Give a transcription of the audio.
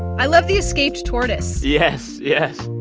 i love the escaped tortoise yes. yes.